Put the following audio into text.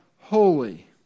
Holy